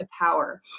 power